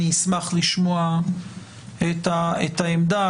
ואני אשמח לשמוע את העמדה הזאת.